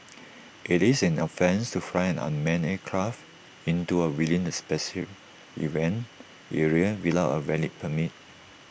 IT is an offence to fly an unmanned aircraft into or within the special event area without A valid permit